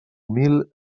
mil